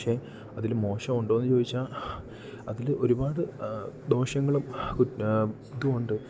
പക്ഷെ അതിൽ മോശം ഉണ്ടോ എന്ന് ചോദിച്ചാൽ അതിൽ ഒരുപാട് ദോഷങ്ങളും ഇതുകൊണ്ട്